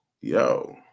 Yo